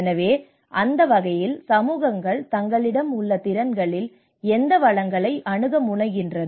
எனவே அந்த வகையில் சமூகங்கள் தங்களிடம் உள்ள திறன்களில் இந்த வளங்களை அணுக முனைகின்றன